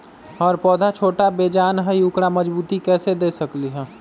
हमर पौधा छोटा बेजान हई उकरा मजबूती कैसे दे सकली ह?